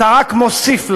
אתה רק מוסיף לה.